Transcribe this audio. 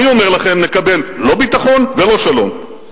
אני אומר לכם: נקבל לא ביטחון ולא שלום.